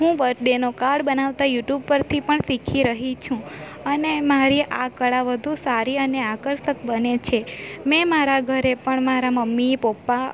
હું બર્થ ડેનો કાર્ડ બનાવતા યૂટુબ પરથી પણ શીખી રહી છું અને મારી આ કળા વધુ સારી અને આકર્ષક બને છે મેં મારા ઘરે પણ મારા મમ્મી પપ્પા